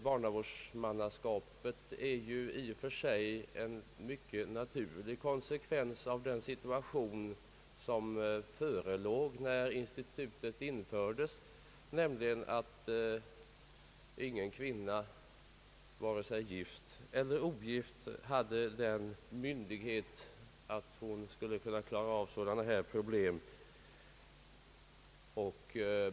Barnavårdsmannaskapet är i och för sig en mycket naturlig konsekvens av den situation som förelåg när institutet infördes, nämligen att ingen kvinna, vare sig gift eller ogift, hade myndighet att själv klara av sådana här problem.